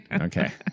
Okay